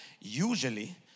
usually